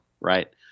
Right